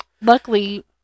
luckily